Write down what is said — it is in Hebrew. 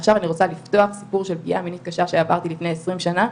עכשיו אני רוצה סיפור של פגיעה מינית קשה שעברתי לפני 20 שנה,